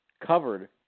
covered